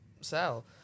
sell